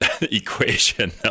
equation